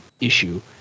issue